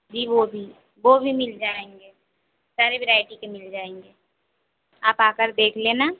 जी वह भी वह भी मिल जाएंगे सारे वराईटी के मिल जाएंगे आप आकर देख लेना